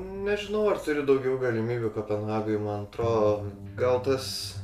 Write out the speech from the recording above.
nežinau ar turiu daugiau galimybių kopenhagoj man atrodo gal tas